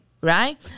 right